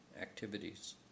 activities